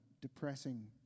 depressing